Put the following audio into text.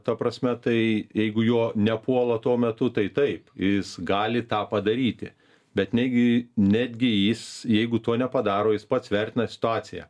ta prasme tai jeigu jo nepuola tuo metu tai taip jis gali tą padaryti bet negi netgi jis jeigu to nepadaro jis pats vertina situaciją